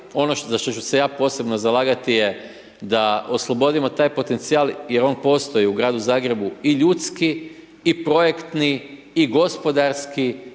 ono za što ću se ja posebno zalagati je da oslobodimo taj potencijal jer on postoji, u Gradu Zagrebu i ljudski, i projektni, i gospodarski,